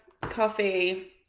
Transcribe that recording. coffee